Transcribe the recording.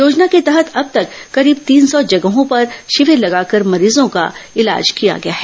योजना के तहत अब तक करीब तीन सौ जगहों पर शिविर लगाकर मरीजों का इलाज किया गया है